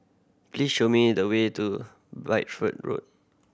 please show me the way to Bideford Road